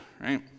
right